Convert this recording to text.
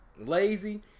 lazy